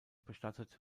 bestattet